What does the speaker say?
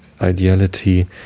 ideality